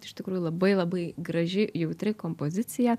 iš tikrųjų labai labai graži jautri kompozicija